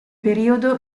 periodo